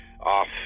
off